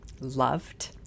loved